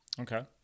Okay